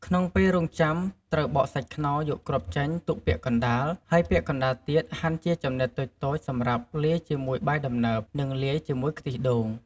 ក្នុងពេលរងចាំ ត្រូវបកសាច់ខ្នុរយកគ្រាប់ចេញទុកពាក់កណ្ដាល ហើយពាក់កណ្ដាលទៀតហាន់ជាចំណិតតូចៗសម្រាប់លាយជាមួយបាយដំណើប និងលាយជាមួយខ្ទិះដូង ។